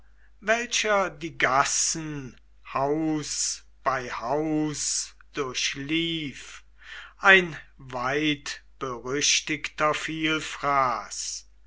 welcher die gassen haus bei haus durchlief ein weitberüchtigter vielfraß